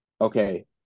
Okay